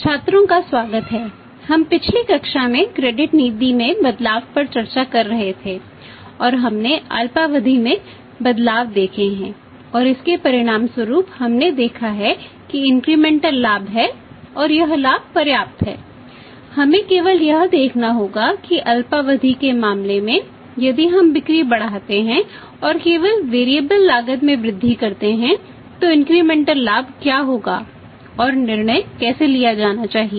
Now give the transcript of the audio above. छात्रों का स्वागत हैं हम पिछली कक्षा में क्रेडिट लाभ क्या होगा और निर्णय कैसे लिया जाना चाहिए